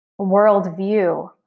worldview